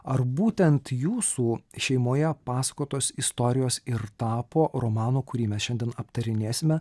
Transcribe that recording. ar būtent jūsų šeimoje pasakotos istorijos ir tapo romano kurį mes šiandien aptarinėsime